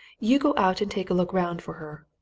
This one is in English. you go out and take a look round for her.